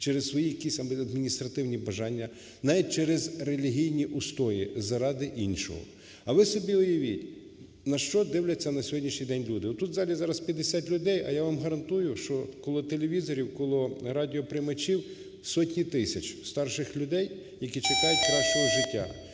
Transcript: через свої якісь адміністративні бажання, навіть через релігійні устої заради іншого. А ви собі уявіть, на що дивляться на сьогоднішній день люди. Отут в залі зараз 50 людей, а я вам гарантую, що коло телевізорів, коло радіоприймачів сотні тисяч старших людей, які чекають кращого життя,